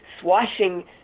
swashing